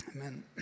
Amen